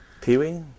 Pee-wee